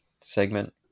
segment